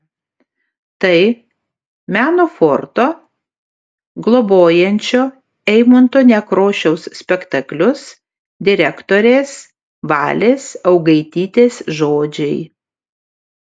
tai meno forto globojančio eimunto nekrošiaus spektaklius direktorės valės augaitytės žodžiai